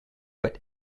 but